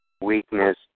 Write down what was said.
weakness